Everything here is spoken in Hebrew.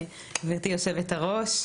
גברתי יושבת-הראש,